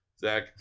zach